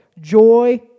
joy